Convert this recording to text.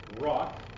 rock